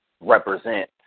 represent